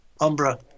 Umbra